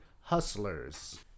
Hustlers